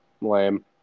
lame